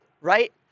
right